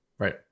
Right